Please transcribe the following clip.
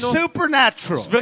supernatural